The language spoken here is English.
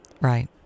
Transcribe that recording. Right